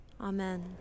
Amen